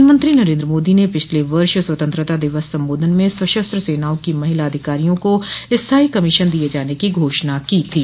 प्रधानमंत्री नरेन्द्र मोदी ने पिछले वर्ष स्वतंत्रता दिवस संबोधन में सशस्त्र सेनाओं की महिला अधिकारियों को स्थाई कमीशन दिए जाने की घोषणा की थी